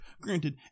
Granted